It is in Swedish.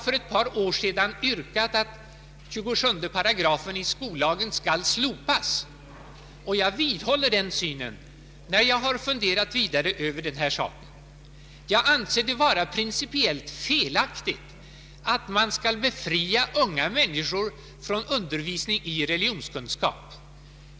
För ett par år sedan yrkade jag att 27 § i skollagen skulle slopas, och jag vidhåller den synen efter att ha funderat vidare på denna sak. Jag anser det vara principiellt felaktigt att befria unga människor från undervisning i religionskunskap.